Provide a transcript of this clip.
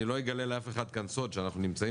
אני לא אגלה לאף אחד כאן סוד שאנחנו נמצאים